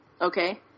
Okay